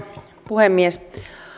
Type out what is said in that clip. puhemies